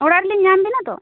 ᱚᱲᱟᱜ ᱨᱮᱞᱤᱧ ᱧᱟᱢ ᱵᱮᱱᱟ ᱛᱳ